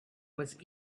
was